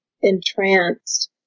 entranced